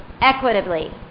equitably